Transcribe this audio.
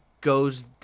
goes